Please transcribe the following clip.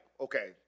okay